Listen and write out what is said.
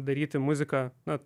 daryti muziką na